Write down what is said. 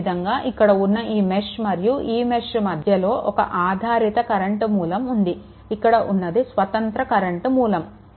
అదే విధంగా ఇక్కడ ఉన్న ఈ మెష్ మరియు ఈ మెష్ మధ్యలో ఒక డిపెండెంట్ కరెంట్ మూలం ఉంది ఇక్కడ ఉన్నది స్వతంత్ర కరెంట్ మూలం